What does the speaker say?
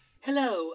Hello